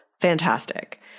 fantastic